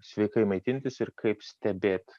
sveikai maitintis ir kaip stebėt